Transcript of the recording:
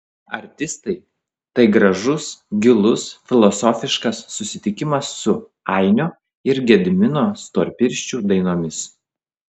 artistai tai gražus gilus filosofiškas susitikimas su ainio ir gedimino storpirščių dainomis